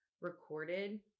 recorded